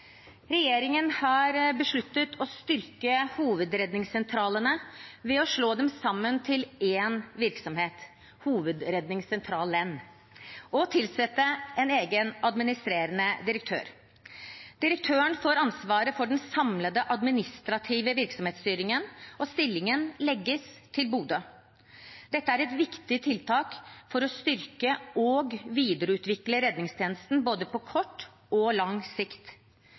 Regjeringen har besluttet å styrke hovedredningssentralene ved å slå dem sammen til én virksomhet – Hovedredningssentralen – og å tilsette en egen administrerende direktør. Direktøren får ansvaret for den samlede administrative virksomhetsstyringen, og stillingen legges til Bodø. Dette er et viktig tiltak for å styrke og videreutvikle redningstjenesten på både kort og langt sikt.